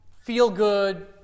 feel-good